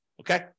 okay